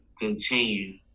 continue